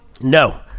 No